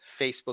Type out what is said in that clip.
Facebook